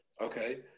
okay